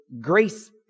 grace